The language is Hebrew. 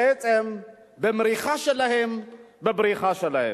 במריחה שלהן, בבריחה שלהן.